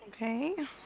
Okay